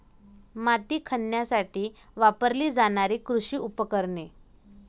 माती खणण्यासाठी वापरली जाणारी कृषी उपकरणे